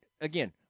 again